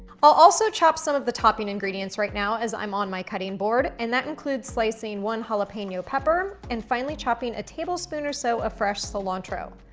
i'll also chop some of the topping ingredients right now as i'm on my cutting board and that includes slicing one jalapeno pepper and finely chopping a tablespoon or so a fresh cilantro.